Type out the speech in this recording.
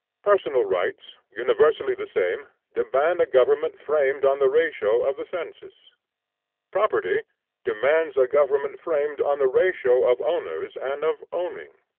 personal rights, universally the same, demand a government framed on the ratio of the census property demands a government framed on the ratio of owners and of owning.